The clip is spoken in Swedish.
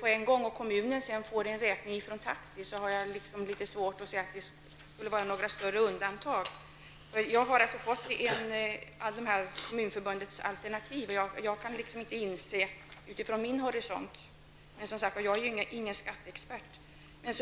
på en gång och kommunen sedan får en räkning från taxiföretaget, har jag svårt att inse att det skulle vara fråga om något större undantag. Jag har också sett Kommunförbundets alternativ, och jag kan inte från min horisont inse att det skulle vara någon skillnad, men jag är som sagt ingen skatteexpert.